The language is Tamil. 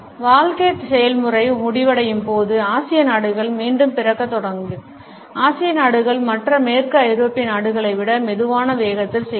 வாழ்க்கை செயல்முறை முடிவடையும் போது ஆசிய நாடுகள் மீண்டும் பிறக்கத் தொடங்கும் ஆசிய நாடுகள் மற்ற மேற்கு ஐரோப்பிய நாடுகளைவிட மெதுவான வேகத்தில் செய்கிறது